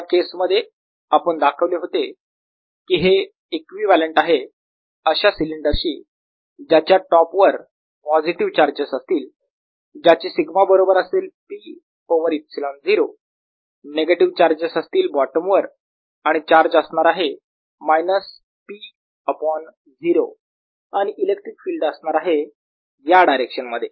या केस मध्ये आपण दाखवले होते की हे इक्विवलेंट आहे अशा सिलेंडर शी ज्याच्या टॉप वर पॉझिटिव्ह चार्जेस असतील ज्याची सिग्मा बरोबर असेल P ओवर ε0 नेगेटिव्ह चार्जेस असतील बॉटमवर आणि चार्ज असणार आहे मायनस P अपोन 0 आणि इलेक्ट्रिक फील्ड असणार आहे या डायरेक्शन मध्ये